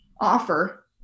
offer